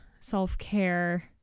self-care